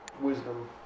Wisdom